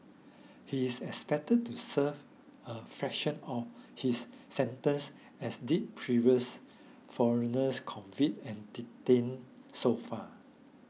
he is expected to serve a fraction of his sentence as did previous foreigners convicted and detained so far